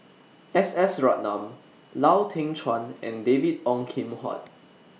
S S Ratnam Lau Teng Chuan and David Ong Kim Huat